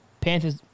Panthers